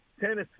Tennessee